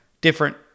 different